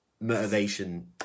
motivation